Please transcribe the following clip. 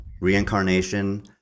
reincarnation